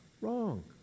wrong